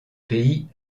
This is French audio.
pays